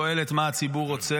היא מזמן לא שואלת מה הציבור רוצה,